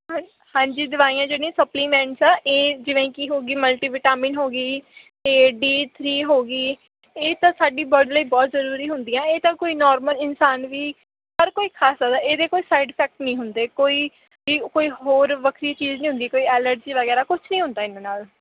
ਹਾਂ ਹਾਂਜੀ ਦਵਾਈਆਂ ਜਿਹੜੀਆਂ ਸਪਲੀਮੈਂਟਸ ਆ ਇਹ ਜਿਵੇਂ ਕਿ ਹੋ ਗਈ ਮਲਟੀਵਿਟਾਮਿਨ ਹੋ ਗਈ ਅਤੇ ਡੀ ਥ੍ਰੀ ਹੋ ਗਈ ਇਹ ਤਾਂ ਸਾਡੀ ਬਾਡੀ ਲਈ ਬਹੁਤ ਜ਼ਰੂਰੀ ਹੁੰਦੀਆਂ ਇਹ ਤਾਂ ਕੋਈ ਨੋਰਮਲ ਇਨਸਾਨ ਵੀ ਹਰ ਕੋਈ ਖਾ ਸਕਦਾ ਇਹਦੇ ਕੋਈ ਸਾਈਡ ਇਫੈਕਟ ਨਹੀਂ ਹੁੰਦੇ ਕੋਈ ਵੀ ਕੋਈ ਹੋਰ ਵੱਖਰੀ ਚੀਜ਼ ਨਹੀਂ ਹੁੰਦੀ ਕੋਈ ਐਲਰਜੀ ਵਗੈਰਾ ਕੁਛ ਨਹੀਂ ਹੁੰਦਾ ਇਹਨਾਂ ਨਾਲ